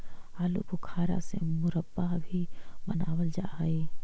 आलू बुखारा से मुरब्बा भी बनाबल जा हई